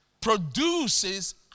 produces